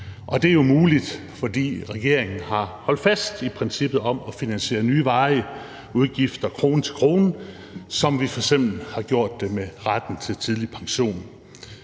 det er jo muligt, fordi regeringen har holdt fast i princippet om at finansiere nye varige udgifter krone til krone, som vi f.eks. har gjort det med retten til tidlig pension.